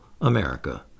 America